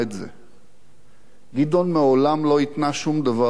גדעון מעולם לא התנה שום דבר כדי לשרת.